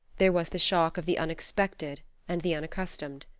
there was the shock of the unexpected and the unaccustomed.